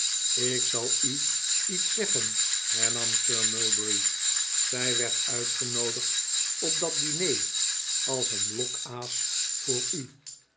ik zal u iets zeggen hernam sir mulberry zij werd uitgenoodigd op dat diner als een lokaas voor u